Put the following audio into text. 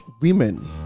women